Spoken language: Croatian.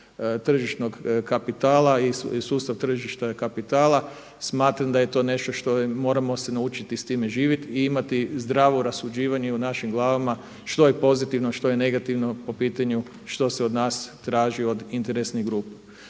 tržišnog kapitala i sustav tržišta kapitala, smatram da je to nešto što moramo se naučiti s time živjeti i imati zdravo rasuđivanje i u našim glavama što je pozitivno a što je negativno po pitanju što se od nas traži od interesnih grupa.